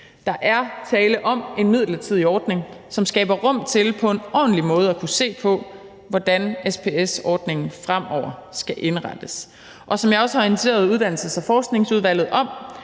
Der er tale om en midlertidig ordning, som skaber rum til på en ordentlig måde at kunne se på, hvordan SPS-ordningen fremover skal indrettes. Og som jeg også har orienteret Uddannelses- og Forskningsudvalget om,